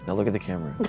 but look at the camera.